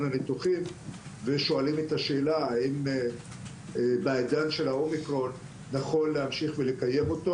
הניתוחים ושואלים את השאלה אם עידן של האומיקרון נכון להמשיך ולקיים אותו.